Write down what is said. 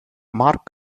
mark